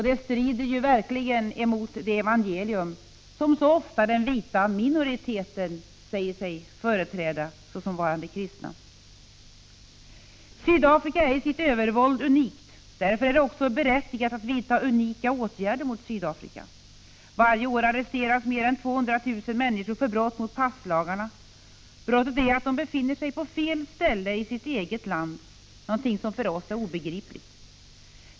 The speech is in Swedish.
Det strider verkligen mot det evangelium som så ofta den vita minoriteten säger sig företräda såsom varande kristna. Sydafrika är i sitt övervåld unikt. Därför är det också berättigat att vidta unika åtgärder mot Sydafrika. Varje år arresteras mer än 200 000 människor för brott mot passlagarna. Brottet är att de befinner sig på fel ställe i sitt eget land, någonting som för oss är obegripligt.